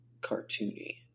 cartoony